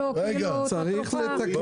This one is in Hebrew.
צריך לתקן את החוק.